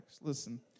listen